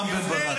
רם בן ברק,